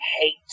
hate